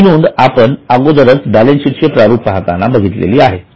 ही नोंद आपण अगोदरच बॅलन्सशीटचे प्रारूप पाहतांना पाहिली आहे